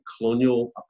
colonial